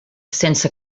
sense